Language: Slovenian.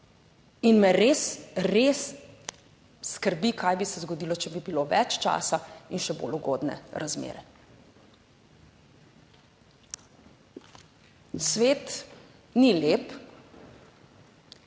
in me res, res skrbi, kaj bi se zgodilo, če bi bilo več časa in še bolj ugodne razmere. Svet ni lep,